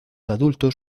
adultos